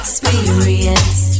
Experience